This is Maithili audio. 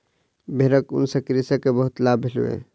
भेड़क ऊन सॅ कृषक के बहुत लाभ भेलै